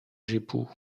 jeppo